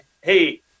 hey